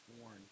born